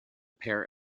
pair